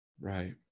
Right